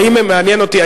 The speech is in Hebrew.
מעניין אותי,